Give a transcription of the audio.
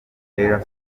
taylor